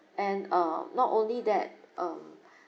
and uh not only that um